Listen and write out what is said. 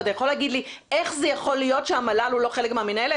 ואתה יכול להגיד לי איך זה יכול להיות שהמל"ל הוא לא חלק מהמינהלת?